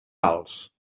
alts